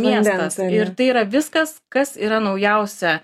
miestas ir tai yra viskas kas yra naujausia